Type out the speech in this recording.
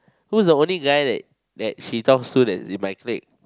who's the only guy that that she comes to that's in my clique